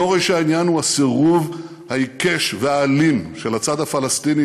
שורש העניין הוא הסירוב העיקש והאלים של הצד הפלסטיני